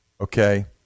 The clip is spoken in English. okay